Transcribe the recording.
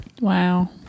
Wow